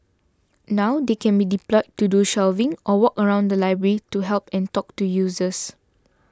now they can be deployed to do shelving or walk around the library to help and talk to users